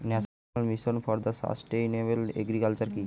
National mission for sustainable agriculture কি?